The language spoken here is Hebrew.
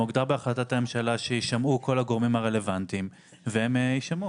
מוגדר בהחלטת הממשלה שיישמעו כל הגורמים הרלוונטיים והם יישמעו.